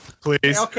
Please